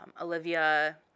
Olivia